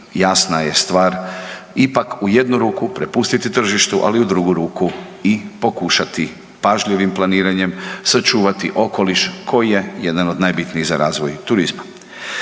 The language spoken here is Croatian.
jasna je stvar, ipak u jednu ruku prepustiti tržištu, ali u drugu ruku i pokušati pažljivim planiranjem sačuvati okoliš koji je jedan od najbitnijih za razvoj turizma.